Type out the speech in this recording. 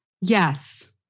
Yes